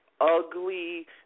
ugly